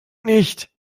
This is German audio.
nicht